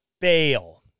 bail